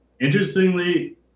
Interestingly